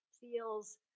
feels